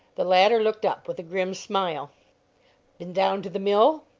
the latter looked up with a grim smile been down to the mill?